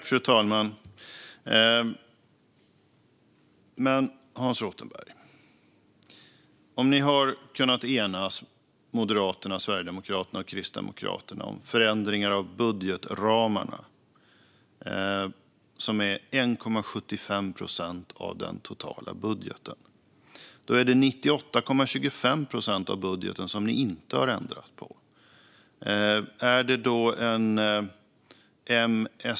Fru talman! Om Moderaterna, Sverigedemokraterna och Kristdemokraterna har kunnat enas om förändringar av budgetramarna som är 1,75 procent av den totala budgeten är det 98,25 procent som ni inte har ändrat, Hans Rothenberg.